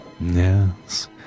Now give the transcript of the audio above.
Yes